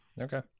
okay